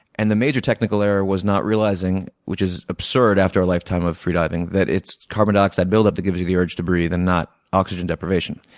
and the major technical error was not realizing which is absurd after a lifetime of free diving that it's carbon dioxide buildup which gives you the urge to breathe and not oxygen deprivation.